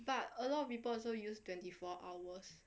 but a lot of people also use twenty four hours